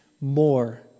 more